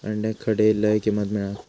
अंड्याक खडे लय किंमत मिळात?